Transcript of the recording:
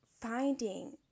finding